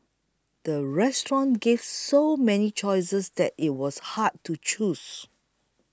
the restaurant gave so many choices that it was hard to choose